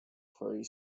prairie